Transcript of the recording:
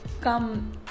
come